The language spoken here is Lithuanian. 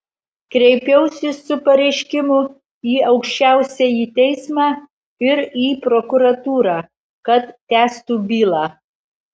kreipiausi su pareiškimu į aukščiausiąjį teismą ir į prokuratūrą kad tęstų bylą